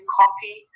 copy